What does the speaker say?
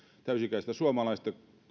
täysi ikäistä suomalaista